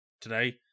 today